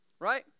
right